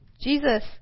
Jesus